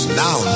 now